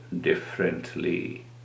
differently